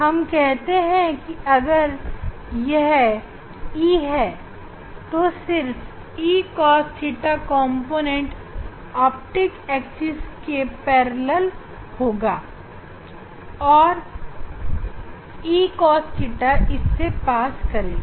हम कह सकते हैं कि अगर यही E है तो E cos theta component optic axis के समांतर होगा और E cos theta इससे पास करेगा